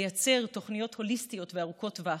לייצר תוכניות הוליסטיות וארוכות טווח,